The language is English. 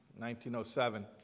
1907